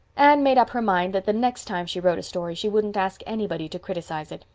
anne made up her mind that the next time she wrote a story she wouldn't ask anybody to criticize it.